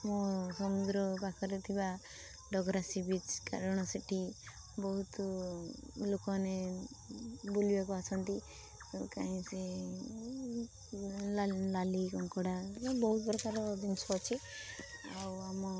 ମୁଁ ସମୁଦ୍ର ପାଖରେ ଥିବା ଡଗରା ସି ବିଚ୍ କାରଣ ସେଠି ବହୁତ ଲୋକମାନେ ବୁଲିବାକୁ ଆସନ୍ତି କାହିଁ ସେ ନାଲିକଙ୍କଡ଼ା ବହୁ ପ୍ରକାର ଜିନିଷ ଅଛି ଆଉ ଆମ